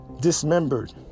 dismembered